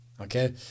okay